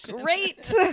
great